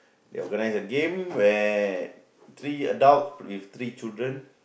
they organise a game where three adult with three children